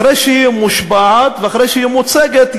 אחרי שהיא מושבעת ואחרי שהיא מוצגת,